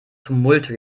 tumulte